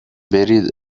برید